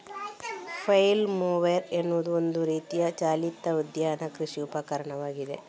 flail mower ಎನ್ನುವುದು ಒಂದು ರೀತಿಯ ಚಾಲಿತ ಉದ್ಯಾನ ಕೃಷಿ ಉಪಕರಣವಾಗಿದೆ